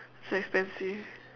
so expensive